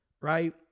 right